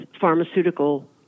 pharmaceutical